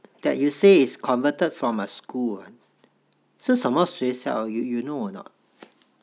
that you said is converted from a school uh 是什么学校 you you know or not